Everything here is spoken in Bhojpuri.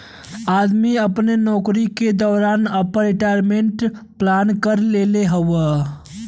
आदमी अपने नउकरी के दौरान आपन रिटायरमेंट प्लान कर लेत हउवे